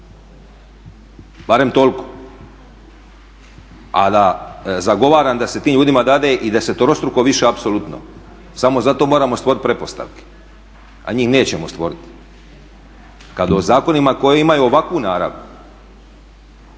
barem toliko. A da zagovaram da se tim ljudima dade i deseterostruko više apsolutno, samo zato moramo stvoriti pretpostavke a njih nećemo stvoriti. Kada o zakonima koji imaju ovakvu narav